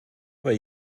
weil